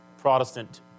Protestant